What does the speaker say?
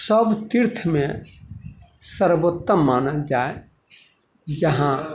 सब तीर्थमे सर्वोत्तम मानल जाइ जहाँ